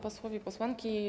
Posłowie i Posłanki!